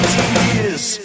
years